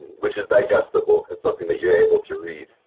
which is digestible. it's something that you're able to read.